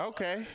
Okay